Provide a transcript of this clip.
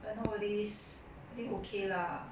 but nowadays I think okay lah